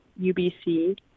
UBC